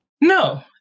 no